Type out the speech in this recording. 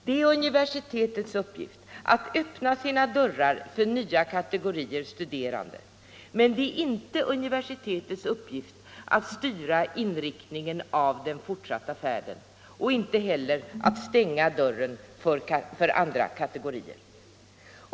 Det är universitetens uppgift att öppna sina dörrar för nya kategorier studerande, men det är inte universitetens uppgift att styra inriktningen av den fortsatta färden och inte heller att stänga dörren för andra kategorier.